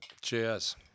Cheers